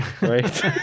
right